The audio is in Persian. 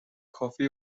کافه